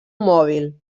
mòbil